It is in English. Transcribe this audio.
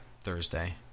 Thursday